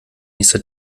nächste